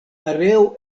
areo